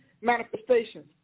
manifestations